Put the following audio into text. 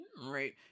Right